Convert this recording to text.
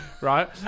right